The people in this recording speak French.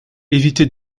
éviter